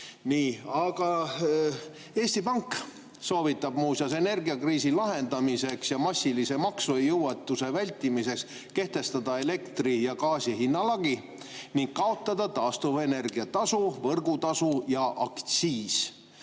Aga Eesti Pank soovitab muuseas energiakriisi lahendamiseks ja massilise maksejõuetuse vältimiseks kehtestada elektri ja gaasi hinna lagi ning kaotada taastuvenergia tasu, võrgutasu ja aktsiis.